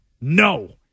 No